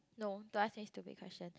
no don't ask me stupid question